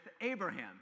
Abraham